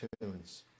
tunes